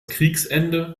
kriegsende